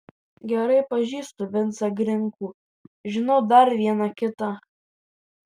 gerai pažįstu vincą grinkų žinau dar vieną kitą